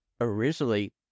originally